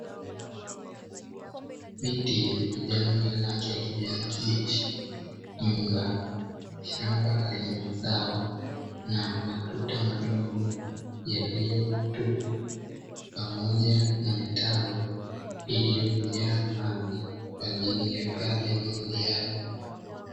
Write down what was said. Miti yenye majani ya rangi ya kijani kibichi, nyumba, shamba lenye mazao na matuta madogo yaliyotupu, pamoja na mitaro iliyojaa maji kwa ajili ya kazi ya umwagiliaji.